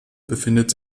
befindet